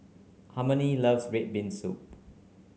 Harmony loves red bean soup